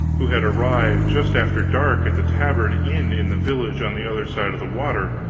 who had arrived just after dark at the tabard inn in the village on the other side of the water,